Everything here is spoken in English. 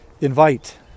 invite